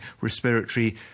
respiratory